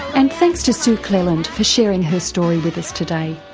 and thanks to sue cleland for sharing her story with us today.